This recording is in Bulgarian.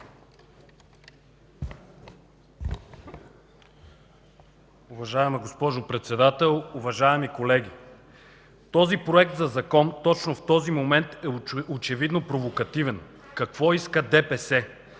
Уважаема госпожо Председател, уважаеми колеги! Този Законопроект точно в този момент е очевидно провокативен! Какво иска ДПС?